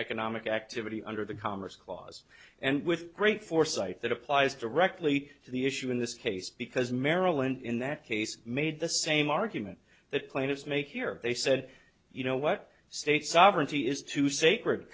economic activity under the commerce clause and with great foresight that applies directly to the issue in this case because maryland in that case made the same argument that plaintiffs make here they said you know what state sovereignty is too sacred